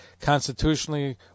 constitutionally